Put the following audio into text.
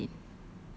how bad was it